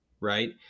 right